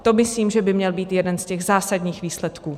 To myslím, že by měl být jeden z těch zásadních výsledků.